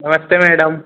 नमस्ते मैडम